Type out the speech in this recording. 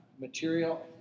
material